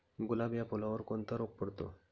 गुलाब या फुलावर कोणता रोग पडतो?